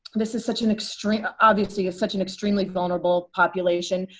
this is such an extreme obviously, it's such an extremely vulnerable population,